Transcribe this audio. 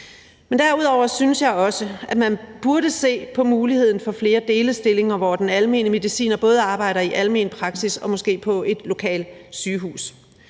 Derudover synes jeg også, at man burde se på muligheden for flere delestillinger, hvor den almene mediciner både arbejder i almen praksis og måske på et lokalt sygehus.